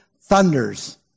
thunders